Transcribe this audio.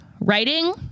writing